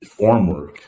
formwork